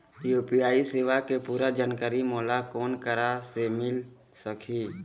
UPI सेवा के पूरा जानकारी मोला कोन करा से मिल सकही?